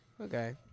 Okay